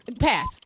Pass